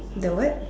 the what